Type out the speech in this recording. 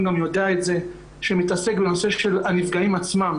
גם יודע את זה שמתעסק בנושא של הנפגעים עצמם.